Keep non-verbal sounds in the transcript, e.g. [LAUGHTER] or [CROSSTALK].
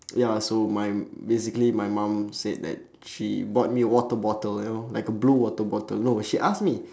[NOISE] ya so my basically my mum said that she bought me a water bottle you know like a blue water bottle no she ask me